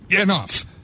enough